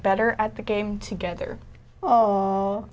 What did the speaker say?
better at the game together